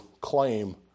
claim